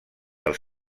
els